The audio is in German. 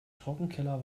trockenkeller